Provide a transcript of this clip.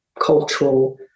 cultural